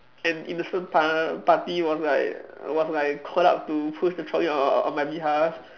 an innocent par~ party was like was like called out to push the trolley on on on my behalf